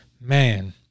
Man